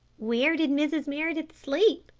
where did mrs. meredith sleep?